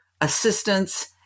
assistance